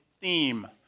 theme